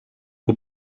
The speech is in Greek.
που